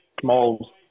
Small